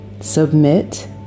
submit